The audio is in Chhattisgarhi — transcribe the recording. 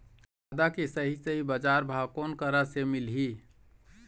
आदा के सही सही बजार भाव कोन करा से मिलही?